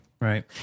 right